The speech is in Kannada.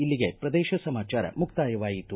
ಇಲ್ಲಿಗೆ ಪ್ರದೇಶ ಸಮಾಚಾರ ಮುಕ್ತಾಯವಾಯಿತು